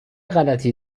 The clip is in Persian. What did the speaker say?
غلطی